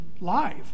live